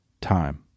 time